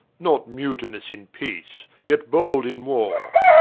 not mutinous in peace, yet bold in warre,